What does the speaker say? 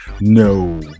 No